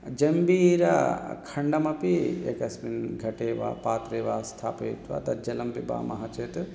जम्बीरखण्डमपि एकस्मिन् घटे वा पात्रे वा स्थापयित्वा तद् जलं पिबामः चेत्